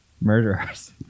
murderers